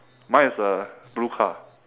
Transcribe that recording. mine is a blue car